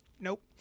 Nope